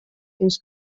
fins